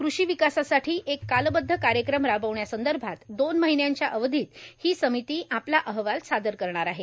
कृषी विकासासाठी एक कालबदध कार्यक्रम राबवण्यासंदर्भात दोन महिन्यांच्या अवधीत ही समिती आपला अहवाल सादर करणार आहे